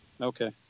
Okay